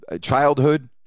childhood